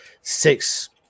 six